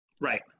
Right